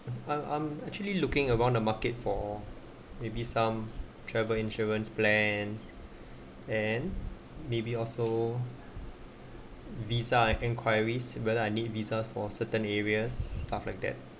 I'm I'm actually looking around the market for maybe some travel insurance plan and maybe also visa and inquiries whether I need visa for certain areas stuff like that